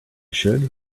should